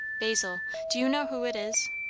basil do you know who it is?